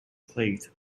plagued